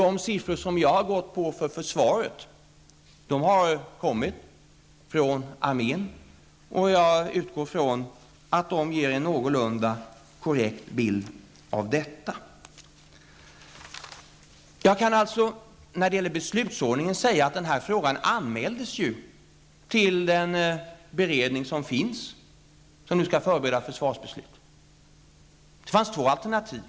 De siffror jag har utgått från när det gäller försvaret har jag fått från armén, och jag förutsätter att de ger en någorlunda korrekt bild av detta. Jag kan när det gäller beslutsordningen säga att denna fråga anmäldes till den beredning som finns och som nu skall förbereda försvarsbeslutet. Det fanns två alternativ.